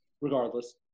regardless